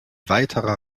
weiterer